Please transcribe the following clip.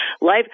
Life